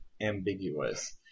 ambiguous